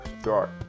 start